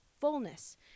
fullness